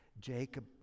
Jacob